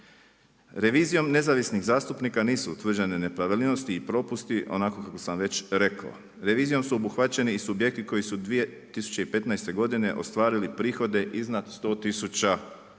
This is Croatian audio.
Revizijom nezavisnih zastupnika nisu utvrđene nepravilnosti i propusti onako kako sam već rekao. Revizijom su obuhvaćeni i subjekti koji su 2015. godine, ostvarili prihode iznad 100000